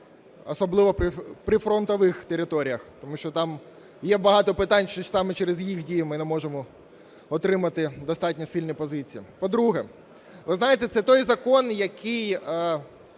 особливо прифронтових територій, тому що там є багато питань, що саме через їх дії ми не можемо отримати достатньо сильні позиції. По-друге. Ви знаєте це той закон, який